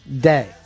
day